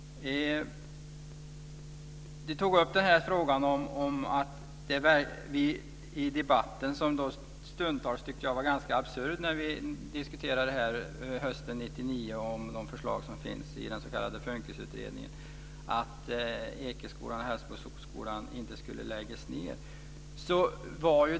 Birgitta Sellén tog upp den debatt som jag stundtals tyckte var ganska absurd hösten 1999 om de förslag som finns i den s.k. FUNKIS-utredningen om att Ekeskolan och Hällsboskolan inte skulle läggas ned.